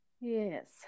Yes